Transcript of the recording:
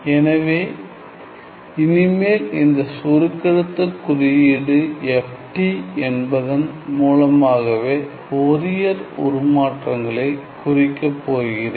எனவே இனிமேல் இந்த சுருக்கெழுத்து குறியீடு FT என்பதன் மூலமாகவே ஃபோரியர் உருமாற்றங்களை குறிக்கப் போகிறேன்